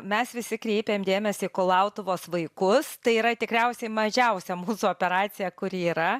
mes visi kreipėm dėmesį į kulautuvos vaikus tai yra tikriausiai mažiausia mūsų operacija kuri yra